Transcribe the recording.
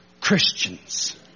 Christians